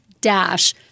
dash